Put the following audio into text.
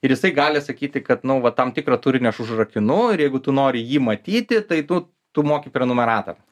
ir jisai gali sakyti kad nu va tam tikrą turinį aš užrakinu ir jeigu tu nori jį matyti tai tu tu moki prenumeratą